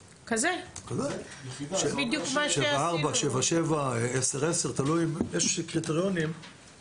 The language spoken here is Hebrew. זה אומר שנכון להיום ישנן בחברה היהודית עוד 15 רשויות אופציונאליות,